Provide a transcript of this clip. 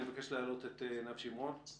אני מבקש להעלות את עינב שמרון.